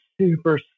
super